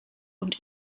und